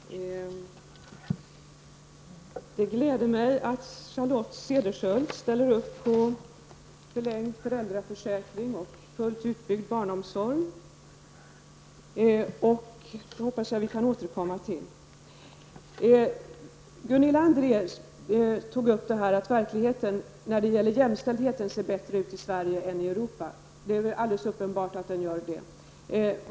Herr talman! Det gläder mig att Charlotte Cederschiöld ställer sig bakom en förlängning av föräldraförsäkringen och en fullt utbyggd barnomsorg. Jag hoppas att vi kan återkomma till det. Gunilla André tog upp frågan om att verkligheten när det gäller jämställdheten ser bättre ut i Sverige än i övriga Europa. Det är alldeles uppenbart att det är på det sättet.